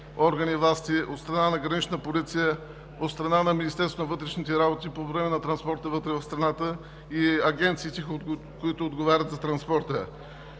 органи и власти, от страна на „Гранична полиция“, от страна на Министерството на вътрешните работи по време на транспорта вътре в страната и агенциите, които отговарят за транспорта.